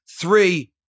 Three